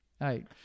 right